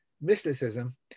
mysticism